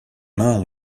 mains